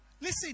listen